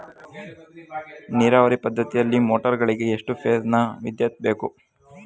ನೀರಾವರಿ ಪದ್ಧತಿಯಲ್ಲಿ ಮೋಟಾರ್ ಗಳಿಗೆ ಎಷ್ಟು ಫೇಸ್ ನ ವಿದ್ಯುತ್ ಬೇಕು?